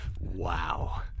Wow